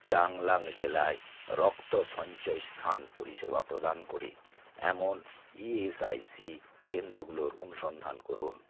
চাংলাং জেলায় রক্ত সঞ্চয়স্থান পরিষেবা প্রদান করে এমন ইএসআইসি কেন্দ্রগুলোর অনুসন্ধান করুন